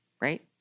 right